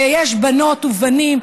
ויש בנות ובנים,